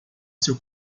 seu